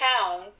town